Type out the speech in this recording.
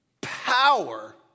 power